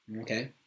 Okay